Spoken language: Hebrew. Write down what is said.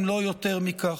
אם לא יותר מכך.